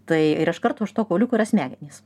tai ir iš karto už to kauliuko yra smegenys